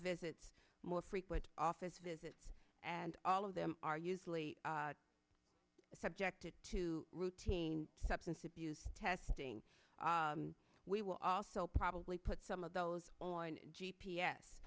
visits more frequent office visits and all of them are usually subjected to routine substance abuse testing we will also probably put some of those on g